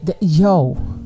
yo